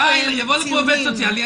אם יבוא לפה עובד סוציאלי,